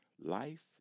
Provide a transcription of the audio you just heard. life